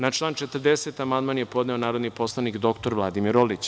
Na član 40. amandman je podneo narodni poslanik dr Vladimir Orlić.